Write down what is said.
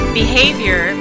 behavior